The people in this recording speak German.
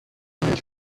immer